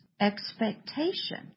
Expectation